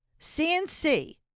CNC